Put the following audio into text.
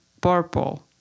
purple